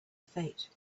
fate